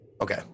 Okay